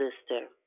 sister